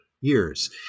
years